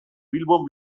bilbon